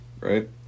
right